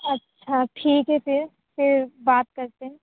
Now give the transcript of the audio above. اچھا ٹھیک ہے پھر پھر بات کرتے ہیں